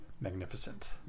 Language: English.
magnificent